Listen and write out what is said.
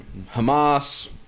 Hamas